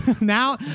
now